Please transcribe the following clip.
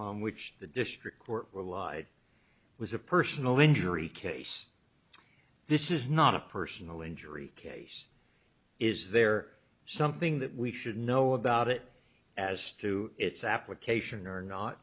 n which the district court relied was a personal injury case this is not a personal injury case is there something that we should know about it as to its application or not